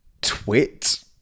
twit